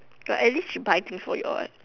but at least she buy thing for you all